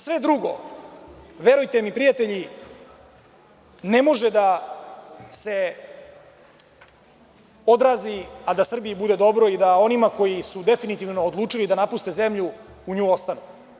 Sve drugo, verujte mi, prijatelji, ne može da se odrazi a da Srbiji bude dobro i da onima koji su definitivno odlučili da napuste zemlju u njoj ostanu.